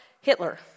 Hitler